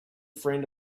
friend